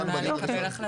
הבנתי, אוקיי.